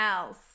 else